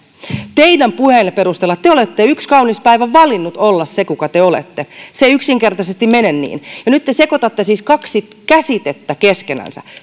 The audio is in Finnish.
teidän puheidenne perusteella te olette yksi kaunis päivä valinnut olla se kuka olette se ei yksinkertaisesti mene niin nyt te sekoitatte siis kaksi käsitettä keskenänsä